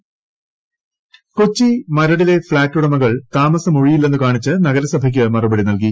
Kochi Maradu flat Kochi മരടിലെ flat ഉടമകൾ താമസമൊഴിയില്ലെന്ന് കാണിച്ച് നഗരസഭയ്ക്ക് മറുപടി നൽകി